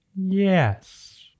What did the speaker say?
yes